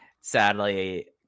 sadly